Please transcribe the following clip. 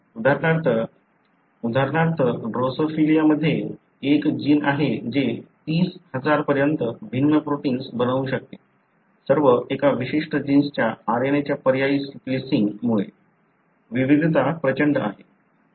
उदाहरणे आहेत उदाहरणार्थ ड्रोसोफिलामध्ये एक जिन आहे जे 30000 पर्यंत भिन्न प्रोटिन्स बनवू शकते सर्व एका विशिष्ट जिन्सच्या RNA च्या पर्यायी स्प्लिसिन्गमुळे विविधता प्रचंड आहे